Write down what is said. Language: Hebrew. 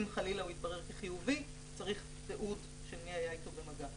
אם חלילה הוא יתברר כחיובי צריך תיעוד של מי היה איתו במגע.